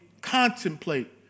contemplate